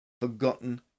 forgotten